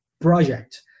project